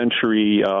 century